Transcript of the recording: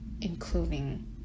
including